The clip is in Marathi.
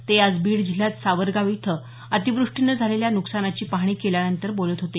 ते आज बीड जिल्ह्यात सावरगाव इथं अतिवृष्टीनं झालेल्या नुकसानाची पाहणी केल्यानंतर बोलत होते